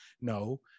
No